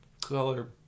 Color